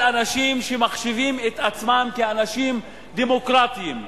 אנשים שמחשיבים את עצמם אנשים דמוקרטיים,